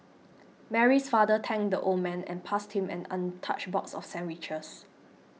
Mary's father thanked the old man and passed him an untouched box of sandwiches